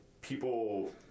people